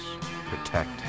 protect